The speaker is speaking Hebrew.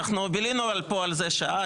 אנחנו בילינו על זה פ השעה,